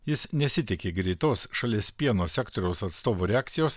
jis nesitiki greitos šalies pieno sektoriaus atstovų reakcijos